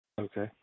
Okay